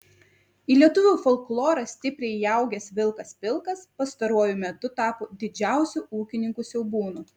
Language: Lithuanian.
į lietuvių folklorą stipriai įaugęs vilkas pilkas pastaruoju metu tapo didžiausiu ūkininkų siaubūnu